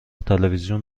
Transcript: تلویزیون